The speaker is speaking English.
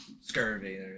Scurvy